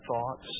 thoughts